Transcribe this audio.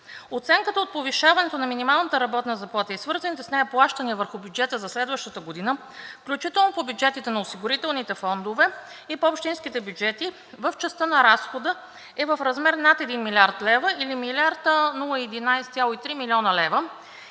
Оценката от повишаването на минималната работна заплата и свързаните с нея плащания върху бюджета за следващата година, включително по бюджетите на осигурителните фондове и по общинските бюджети в частта на разхода е в размер на над 1 млрд. лв., или 1 млрд. 011,3 млн. лв.,